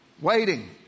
Waiting